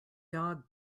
dog